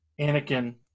Anakin